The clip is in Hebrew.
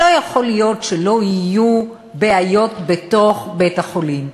לא יכול להיות שלא יהיו בעיות בתוך בית-החולים,